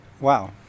Wow